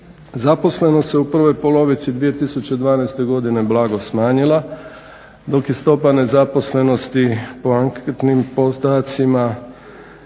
Zaposlenost se u prvoj polovici 2012. godine blago smanjila, dok je stopa nezaposlenosti …/Govornik se